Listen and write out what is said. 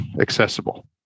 accessible